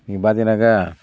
நீங்கள் பார்த்தீங்கன்னாக்கா